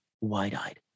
wide-eyed